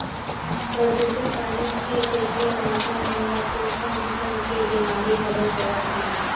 परदूसित पानी के सेती मनखे मन ल किसम किसम के बेमारी घलोक होवत हे